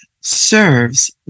serves